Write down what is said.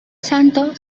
santo